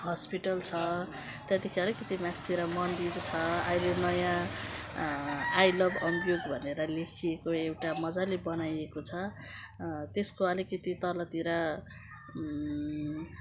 hospital छ त्यहाँदेखि अलिक मास्तिर मन्दिर छ अहिले नयाँ आइ लभ अम्बियोक भनेर लेखिएको एउटा मजाले बनाइएको छ त्यसको अलिकति तलतिर